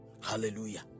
Hallelujah